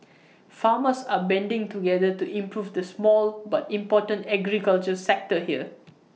farmers are banding together to improve the small but important agriculture sector here